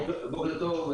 בוקר טוב,